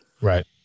Right